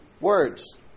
Words